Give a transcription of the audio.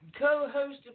co-host